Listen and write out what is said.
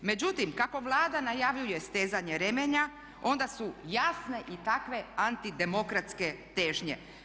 Međutim, kako Vlada najavljuje stezanje remenja, onda su jasne i takve antidemokratske težnje.